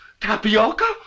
Tapioca